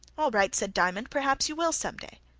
all right, said diamond. perhaps you will some day.